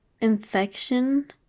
infection